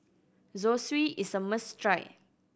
zosui is a must try